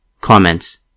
Comments